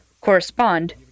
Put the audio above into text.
correspond